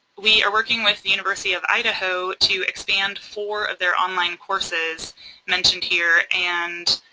we are working with the university of idaho to expand four of their online courses mentioned here and